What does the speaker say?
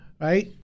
right